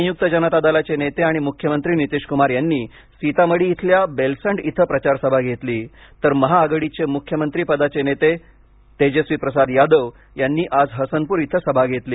संयुक्त जनता दलाचे नेते आणि मुख्यमंत्री नितीश कुमार यांनी सीतामढी इथल्या बेलसंड इथं प्रचार सभा घेतली तर महाआघाडीचे मुख्यमंत्री पदाचे नेते तेजस्वी प्रसाद यादव यांनी आज हसनपूर इथं सभा घेतली